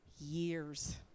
years